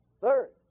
Third